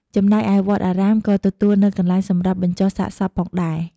ចំណែកឯវត្តអារាម ក៏ទទួលនៅកន្លែងសម្រាប់បញ្ចុះសាកសពផងដែរ។